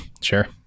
sure